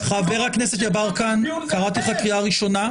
חבר הכנסת יברקן, קראתי לך לסדר פעם ראשונה.